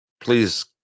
please